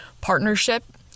partnership